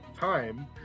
time